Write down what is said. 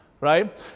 right